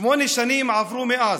שמונה שנים עברו מאז,